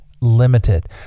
limited